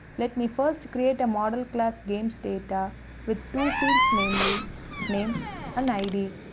let me first create a model class gamesdata with two fields namely name and id.